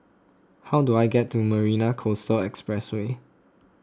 how do I get to Marina Coastal Expressway